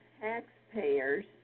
Taxpayers